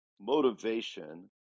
Motivation